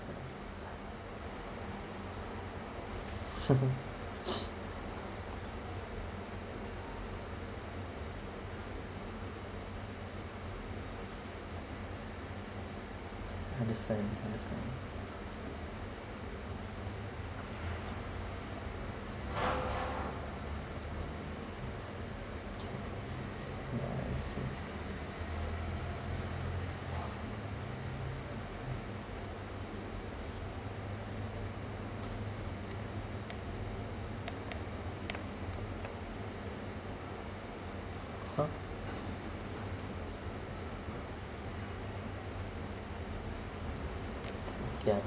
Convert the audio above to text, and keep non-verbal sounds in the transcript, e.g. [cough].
[laughs] understand understand !huh! ya